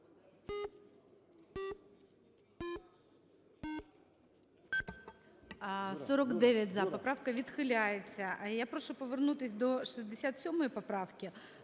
Доброго дня!